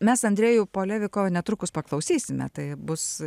mes andrėjų polevikovą netrukus paklausysime tai bus